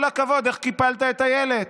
כל הכבוד, איך קיפלת את אילת.